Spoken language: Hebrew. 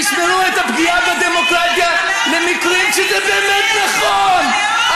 תשמרו את הפגיעה בדמוקרטיה למקרים שזה באמת נכון,